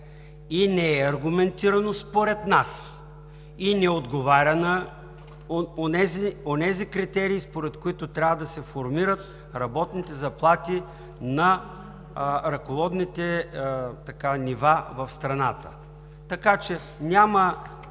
и не е аргументирано според нас, и не отговаря на онези критерии, според които трябва да се формират работните заплати на ръководните нива в страната. Така че няма